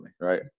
right